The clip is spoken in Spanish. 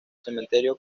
cementerio